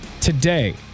today